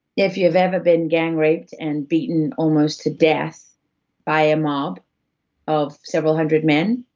if you've ever been gang raped and beaten almost to death by a mob of several hundred men,